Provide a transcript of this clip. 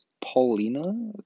Paulina